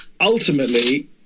ultimately